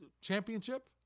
championship